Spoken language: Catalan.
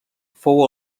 fou